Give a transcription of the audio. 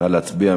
נא להצביע,